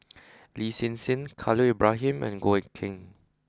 Lin Hsin Hsin Khalil Ibrahim and Goh Eck Kheng